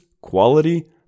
quality